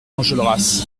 enjolras